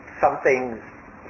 something's